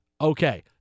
Okay